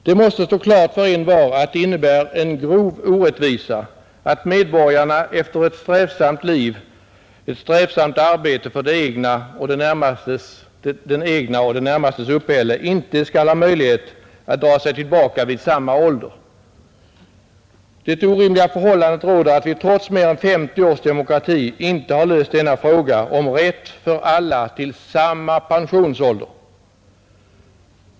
Det måste stå klart för envar att det innebär en grov orättvisa att medborgarna efter ett strävsamt arbete för sitt eget och de närmastes uppehälle inte skall ha möjlighet att dra sig tillbaka vid samma ålder. Det orimliga förhållandet råder att vi trots mer än 50 års demokrati inte har löst denna fråga om rätt för alla till samma pensionsålder.